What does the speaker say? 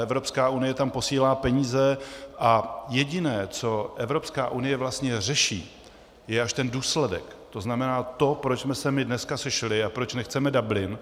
Evropská unie tam posílá peníze a jediné, co Evropská unie vlastně řeší, je až ten důsledek, to znamená to, proč jsme se my dneska sešli a proč nechceme Dublin.